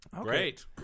Great